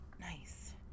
Nice